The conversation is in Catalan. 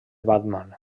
batman